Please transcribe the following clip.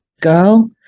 girl